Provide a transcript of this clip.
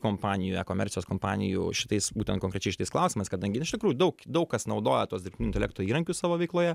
kompanijų e komercijos kompanijų šitais būtent konkrečiai šitais klausimas kadangi iš tikrųjų daug daug kas naudoja tuos dirbtinio intelekto įrankius savo veikloje